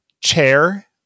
chair